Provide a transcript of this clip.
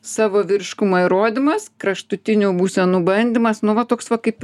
savo vyriškumo įrodymas kraštutinių būsenų bandymas nu va toks va kaip